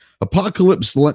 apocalypse